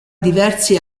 diversi